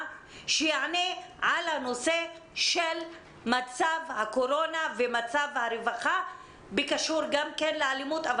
שיענה על הנושא של מצב הקורונה ומצב הרווחה בקשר לאלימות,